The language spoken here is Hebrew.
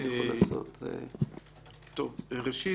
ראשית,